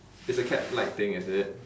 it's a cat like thing is it